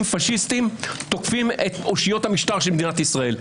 פשיסטיים תוקפים את אושיות המשטר של מדינת ישראל,